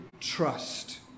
trust